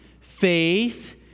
faith